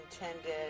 intended